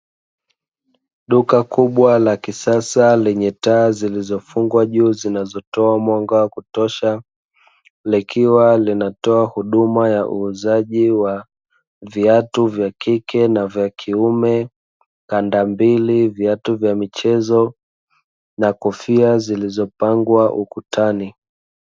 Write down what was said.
Duka kubwa la kisasa lenye taa zilizofungwa juu zinazotoa mwanga kutosha, likiwa linatoa huduma ya uuzaji wa viatu vya kike na vya kiume kanda mbili viatu vya michezo na kofia zilizopangwa ukutani.